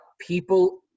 people